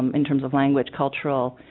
um in terms of language cultural ah.